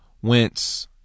whence